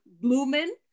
blooming